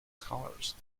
scholars